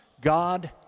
God